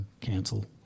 cancel